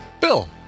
bill